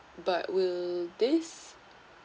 but will this